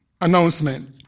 announcement